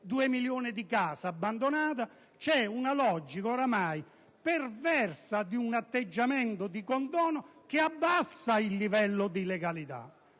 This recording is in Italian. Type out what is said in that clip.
2 milioni di case abbandonate, c'è una logica oramai perversa, un atteggiamento incline al condono, che abbassa il livello di legalità.